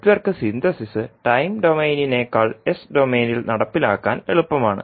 network synthesis time ഡൊമെയ്നിനേക്കാൾ s ഡൊമെയ്നിൽ നടപ്പിലാക്കാൻ എളുപ്പമാണ്